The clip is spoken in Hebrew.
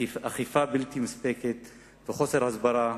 אכיפה בלתי מספקת וחוסר הסברה,